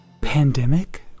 Pandemic